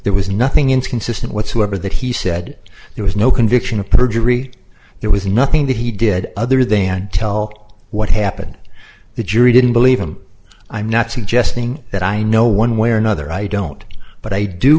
there was nothing inconsistent whatsoever that he said there was no conviction of perjury there was nothing that he did other than tell what happened the jury didn't believe him i'm not suggesting that i know one way or another i don't but i do